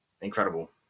incredible